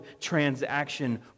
transaction